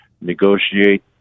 negotiate